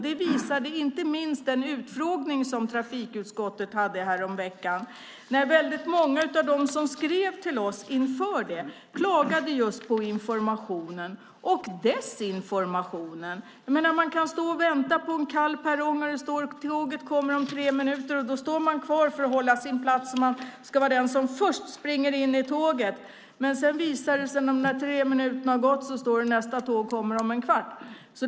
Det visade inte minst den utfrågning som trafikutskottet hade häromveckan. Många av dem som skrev till oss inför utfrågningen klagade just på informationen och desinformationen. Man kunde stå och vänta på en kall perrong där det stod att tåget skulle komma om tre minuter. Då stod man kvar för att vara först på tåget, men när tre minuter hade gått stod det att nästa tåg skulle komma om en kvart.